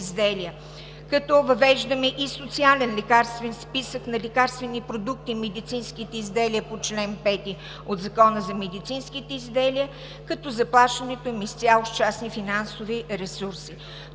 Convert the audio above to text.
Въвеждаме и социален лекарствен списък на лекарствени продукти – медицинските изделия по чл. 5 от Закона за медицинските изделия, като заплащането им е с изцяло частни финансови ресурси.